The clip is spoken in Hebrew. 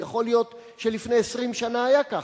יכול להיות שלפני 20 שנה היה כך.